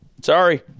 Sorry